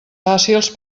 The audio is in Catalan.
fàcils